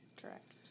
Correct